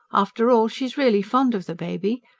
after all, she's really fond of the baby.